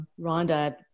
Rhonda